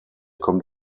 kommt